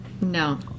No